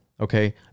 okay